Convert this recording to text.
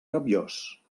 rabiós